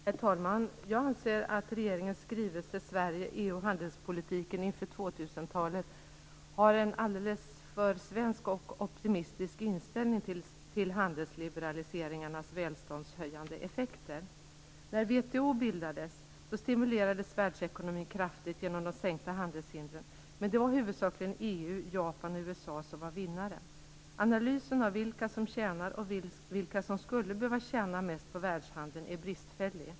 Herr talman! Jag anser att regeringens skrivelse Sverige, EU och handelspolitiken inför 2000-talet har en alldeles för svensk och optimistisk inställning till handelsliberaliseringarnas välståndshöjande effekter. När WTO bildades stimulerades världsekonomin kraftigt genom de sänkta handelshindren. Men det var huvudsakligen EU, Japan och USA som var vinnarna. Analysen av vilka som tjänar mest och vilka som skulle behöva tjäna mest på världshandeln är bristfällig.